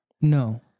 No